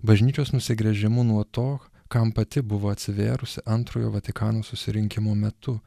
bažnyčios nusigręžimu nuo to kam pati buvo atsivėrusi antrojo vatikano susirinkimo metu